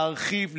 להרחיב,